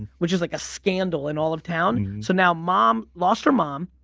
which is like a scandal in all of town. so now mom lost her mom,